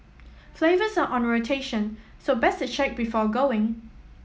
flavours are on rotation so best to check before going